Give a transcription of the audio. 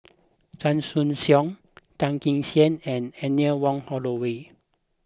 Chan Choy Siong Tan Kee Sek and Anne Wong Holloway